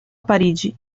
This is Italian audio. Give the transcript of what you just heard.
parigi